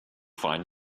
find